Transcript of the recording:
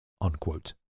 Unquote